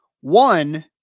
One